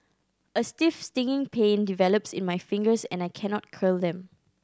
a stiff stinging pain develops in my fingers and I cannot curl them